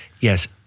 Yes